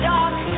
Dark